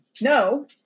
No